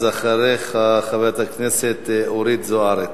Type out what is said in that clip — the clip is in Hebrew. אז אחריך, חברת הכנסת אורית זוארץ.